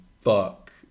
fuck